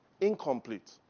incomplete